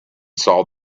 saw